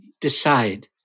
decide